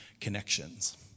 connections